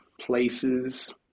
places